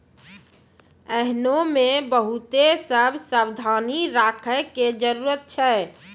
एहनो मे बहुते सभ सावधानी राखै के जरुरत छै